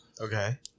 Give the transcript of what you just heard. Okay